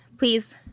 Please